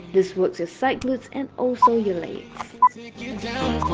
this works your side glutes and also your legs you